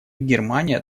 германия